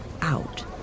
out